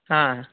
हा